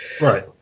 right